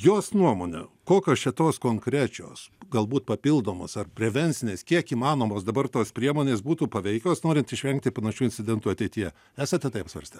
jos nuomone kokios čia tos konkrečios galbūt papildomos ar prevencinės kiek įmanomos dabar tos priemonės būtų paveikios norint išvengti panašių incidentų ateityje esate tai apsvarstę